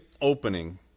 opening